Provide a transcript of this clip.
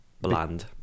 Bland